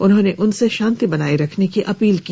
उन्होंने उनसे शांति बनाए रखने की अपील की